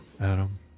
Adam